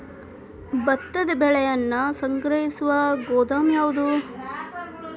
ಭತ್ತದ ಬೆಳೆಯನ್ನು ಸಂಗ್ರಹಿಸುವ ಗೋದಾಮು ಯಾವದು?